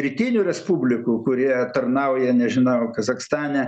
rytinių respublikų kurie tarnauja nežinau kazachstane